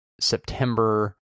september